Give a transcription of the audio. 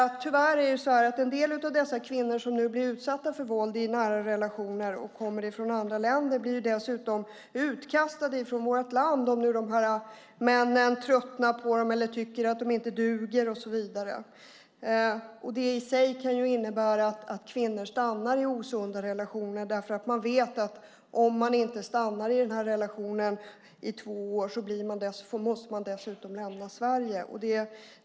Tyvärr blir en del av de kvinnor som blir utsatta för våld i nära relationer och kommer från andra länder dessutom utkastade från vårt land om männen tröttnar på dem eller tycker att de inte duger. Det i sig kan innebära att kvinnor stannar i osunda relationer. De vet att om de inte stannar i relationen i två år måste de lämna Sverige.